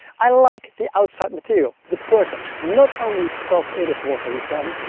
i like the outside material the pertex, not only because it is water-repellent,